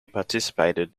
participated